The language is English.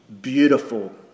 beautiful